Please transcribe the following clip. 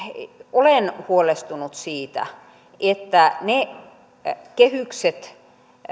olen huolestunut siitä että ne kehykset